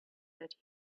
that